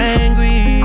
angry